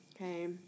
Okay